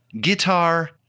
guitar